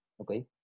Okay